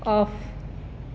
off